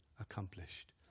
accomplished